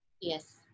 Yes